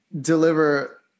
deliver